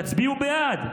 תצביעו בעד.